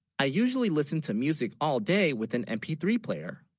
i usually listen to music all day with an m p three player